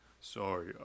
Sorry